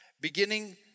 beginning